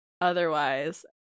otherwise